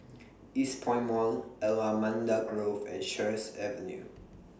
Eastpoint Mall Allamanda Grove and Sheares Avenue